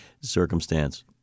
circumstance